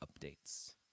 updates